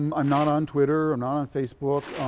um i'm not on twitter. i'm not on facebook